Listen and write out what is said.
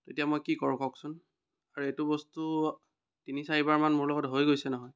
এতিয়া মই কি কৰোঁ কওকচোন আৰু এইটো বস্তু তিনি চাৰিবাৰমান মোৰ লগত হৈ গৈছে নহয়